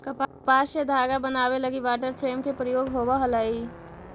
कपास से धागा बनावे लगी वाटर फ्रेम के प्रयोग होवऽ हलई